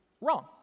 wrong